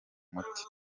umuti